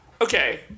Okay